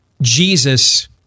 Jesus